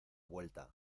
vuelta